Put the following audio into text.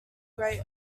great